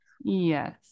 yes